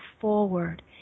forward